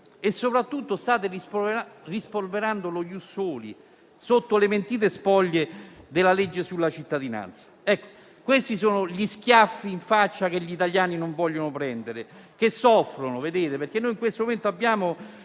6. Soprattutto state rispolverando lo *ius soli*, sotto le mentite spoglie della legge sulla cittadinanza. Questi sono gli schiaffi in faccia che gli italiani non vogliono prendere, che soffrono. In questo momento degli